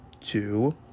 two